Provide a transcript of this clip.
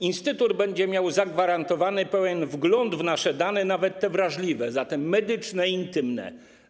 Instytut będzie miał zagwarantowany pełen wgląd w nasze dane, nawet te wrażliwe, zatem medyczne i intymne.